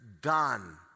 done